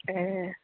ए